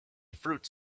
fruits